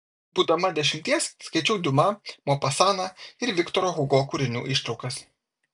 būdama dešimties skaičiau diuma mopasaną ir viktoro hugo kūrinių ištraukas